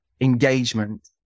engagement